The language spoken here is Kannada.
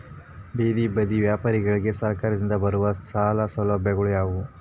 ಬೇದಿ ಬದಿ ವ್ಯಾಪಾರಗಳಿಗೆ ಸರಕಾರದಿಂದ ಬರುವ ಸಾಲ ಸೌಲಭ್ಯಗಳು ಯಾವುವು?